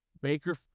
Baker